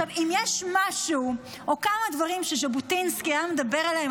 אם יש משהו או כמה דברים שז'בוטינסקי היה מדבר עליהם,